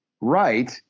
right